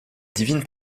divine